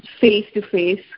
face-to-face